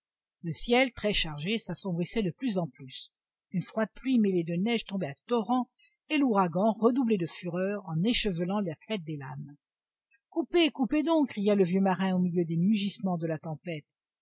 le ciel très chargé s'assombrissait de plus en plus une froide pluie mêlée de neige tombait à torrents et l'ouragan redoublait de fureur en échevelant la crête des lames coupez coupez donc cria le vieux marin au milieu des mugissements de la tempête